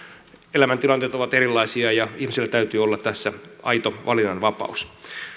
elämäntilanteet ovat erilaisia ja ihmisillä täytyy olla tässä aito valinnanvapaus